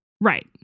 Right